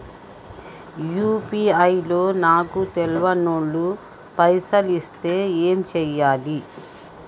UPI లో నాకు తెల్వనోళ్లు పైసల్ ఎస్తే ఏం చేయాలి?